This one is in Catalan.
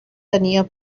tenia